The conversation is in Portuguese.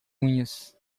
unhas